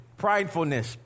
Pridefulness